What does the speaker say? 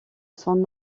son